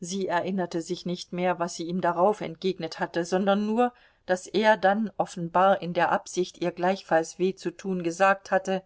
sie erinnerte sich nicht mehr was sie ihm darauf entgegnet hatte sondern nur daß er dann offenbar in der absicht ihr gleichfalls weh zu tun gesagt hatte